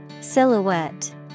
Silhouette